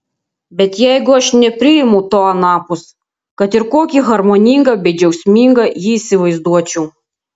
bet jeigu aš nepriimu to anapus kad ir kokį harmoningą bei džiaugsmingą jį įsivaizduočiau